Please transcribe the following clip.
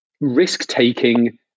risk-taking